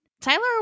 Tyler